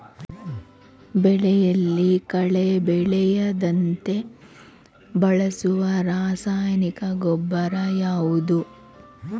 ಬೆಳೆಯಲ್ಲಿ ಕಳೆ ಬೆಳೆಯದಂತೆ ಬಳಸುವ ರಾಸಾಯನಿಕ ಗೊಬ್ಬರ ಯಾವುದು?